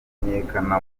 kumenyekana